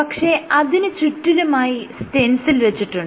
പക്ഷെ അതിന് ചുറ്റിലുമായി സ്റ്റെൻസിൽ വെച്ചിട്ടുണ്ട്